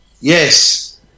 Yes